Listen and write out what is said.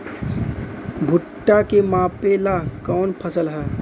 भूट्टा के मापे ला कवन फसल ह?